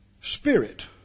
Spirit